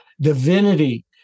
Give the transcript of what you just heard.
divinity